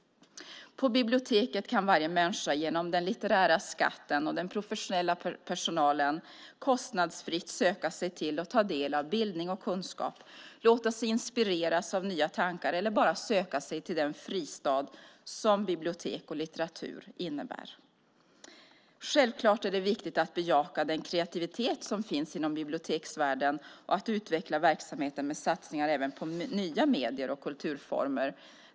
På biblioteket kan varje människa genom den litterära skatten och den professionella personalen kostnadsfritt söka sig till och ta del av bildning och kunskap, låta sig inspireras av nya tankar eller bara söka sig till den fristad som bibliotek och litteratur innebär. Det är självklart viktigt att bejaka den kreativitet som finns inom biblioteksvärlden och att utveckla verksamheten med satsningar även på nya medier och kulturformer.